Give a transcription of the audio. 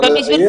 מתרגש וכדומה,